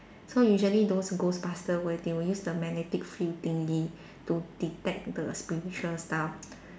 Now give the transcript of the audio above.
so usually those ghostbuster will they will use the magnetic field thingy to detect the spiritual stuff